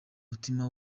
mutima